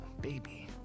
Baby